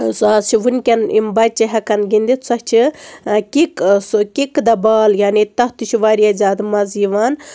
سۄ حظ چھِ وٕنکٮ۪ن یِم بَچہٕ ہٮ۪کَن گِنٛدِتھ سۄ چھِ کِک سُہ کِک دَ بال یعنی تَتھ تہِ چھُ واریاہ زیادٕ مَزٕ یِوان